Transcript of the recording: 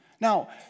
Now